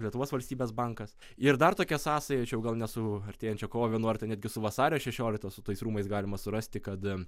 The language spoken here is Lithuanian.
lietuvos valstybės bankas ir dar tokia sąsaja čia jau gal ne su artėjančia kovo vienuolikta netgi su vasario šešioliktos su tais rūmais galima surasti kad